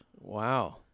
Wow